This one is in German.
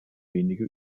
wenige